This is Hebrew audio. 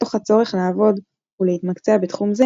מתוך הצורך לעבוד ולהתמקד בתחום זה,